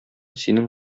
синең